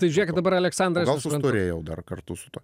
tai žiūrėkit dabar aleksandrai norėjau dar kartu su tuo